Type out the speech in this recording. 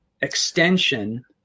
extension